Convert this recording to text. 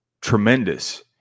tremendous